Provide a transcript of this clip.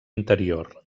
interior